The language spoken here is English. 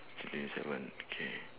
twenty seven okay